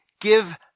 Give